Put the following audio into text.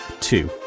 two